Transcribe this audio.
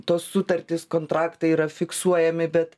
tos sutartys kontraktai yra fiksuojami bet